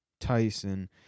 Tyson